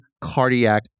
cardiac